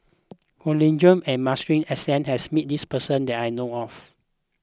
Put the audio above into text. Kwek Leng Joo and Masuri S N has met this person that I know of